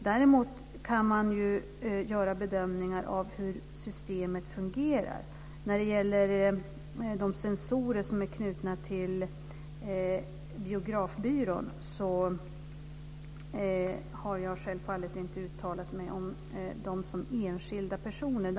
Däremot kan man göra bedömningar av hur systemet fungerar. De censorer som är knutna till Biografbyrån har jag självfallet inte uttalat mig om som enskilda personer.